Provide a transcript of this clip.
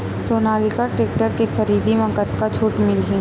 Sonalika tractor के खरीदी मा कतका छूट मीलही?